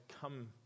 come